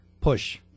push